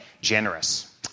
generous